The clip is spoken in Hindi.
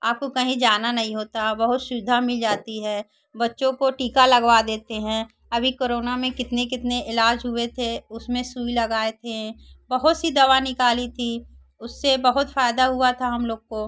आपको कहीं जाना नहीं होता बहुत सुविधा मिल जाती है बच्चों को टीका लगवा देते हैं अभी करोना में कितने कितने इलाज हुए थे उसमें सुई लगाए थें बहुत सी दवा निकाली थी उससे बहुत फ़ायदा हुआ था हम लोग को